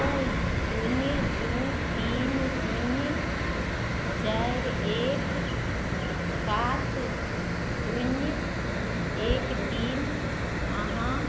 दू शून्य दू तीन शून्य चारि एक सात शून्य एक तीन अहाँ